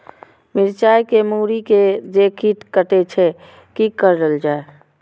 मिरचाय के मुरी के जे कीट कटे छे की करल जाय?